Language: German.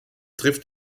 trifft